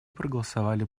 проголосовали